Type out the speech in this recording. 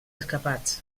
escapats